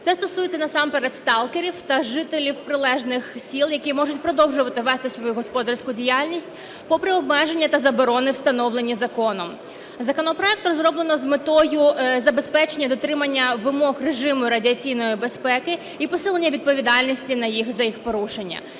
Це стосується насамперед сталкерів та жителів прилеглих сіл, які можуть продовжувати вести свою господарську діяльність попри обмеження та заборони встановлені законом. Законопроект розроблено з метою забезпечення дотримання вимог режиму радіаційної безпеки і посилення відповідальності за їх порушення.